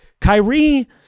Kyrie